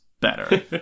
better